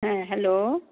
হ্যাঁ হ্যালো